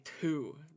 two